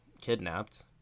kidnapped